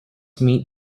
meet